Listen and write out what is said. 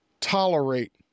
tolerate